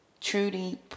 Trudy